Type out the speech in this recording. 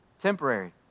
Temporary